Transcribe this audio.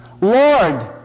Lord